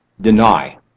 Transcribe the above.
deny